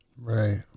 Right